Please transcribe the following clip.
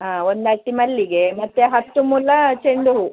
ಹಾಂ ಒಂದು ಅಟ್ಟಿ ಮಲ್ಲಿಗೆ ಮತ್ತು ಹತ್ತು ಮೊಳ ಚೆಂಡು ಹೂವು